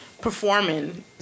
performing